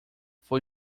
foi